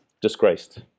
disgraced